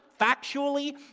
factually